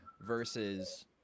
versus